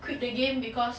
quit the game because